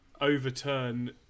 overturn